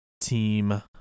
team